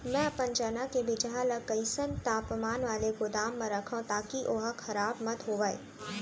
मैं अपन चना के बीजहा ल कइसन तापमान वाले गोदाम म रखव ताकि ओहा खराब मत होवय?